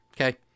Okay